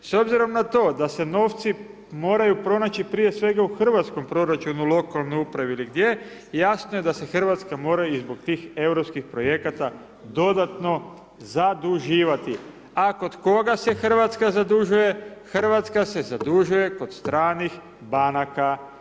S obzirom na to da se novci moraju pronaći prije svega u hrvatskom proračunu, lokalnoj upravi ili gdje, jasno je i da se Hrvatska mora i zbog tih europskih projekata dodatno zaduživati, a kod koga se Hrvatska zadužuje, Hrvatska se zadužuje kod stranih banaka.